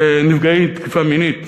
לנפגעי תקיפה מינית,